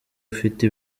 ufite